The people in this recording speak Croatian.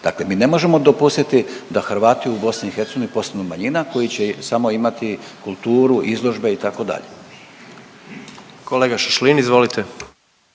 dakle mi ne možemo dopustiti da Hrvati u BiH postanu manjina koji će samo imati kulturu, izložbe itd.. **Jandroković, Gordan (HDZ)** Kolega Šašlin izvolite.